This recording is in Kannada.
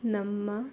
ನಮ್ಮ